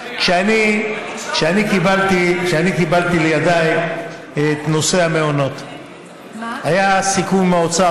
כשאני קיבלתי לידיי את נושא המעונות היה סיכום עם האוצר.